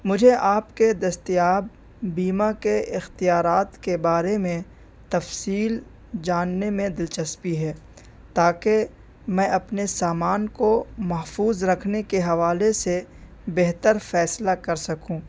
مجھے آپ کے دستیاب بیمہ کے اختیارات کے بارے میں تفصیل جاننے میں دلچسپی ہے تاکہ میں اپنے سامان کو محفوظ رکھنے کے حوالے سے بہتر فیصلہ کر سکوں